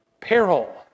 peril